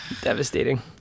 Devastating